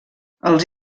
els